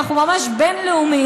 אנחנו ממש בין-לאומיים.